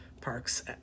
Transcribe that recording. Parks